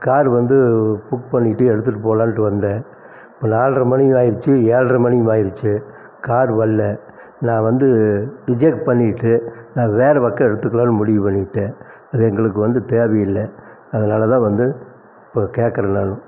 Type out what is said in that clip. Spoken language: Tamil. கார் வந்து புக் பண்ணிவிட்டு எடுத்துகிட்டு போகலான்ட்டு வந்தேன் இப்போ நால்ரை மணி ஆகிடுச்சி ஏழ்ரை மணியும் ஆகிடுச்சி கார் வரல நான் வந்து ரிஜெக்ட் பண்ணிவிட்டு நான் வேற பக்கம் எடுத்துக்கலாம்னு முடிவு பண்ணிவிட்டேன் இது எங்களுக்கு வந்து தேவையில்லை அதனால் தான் வந்து இப்போ கேட்கறேன் நான்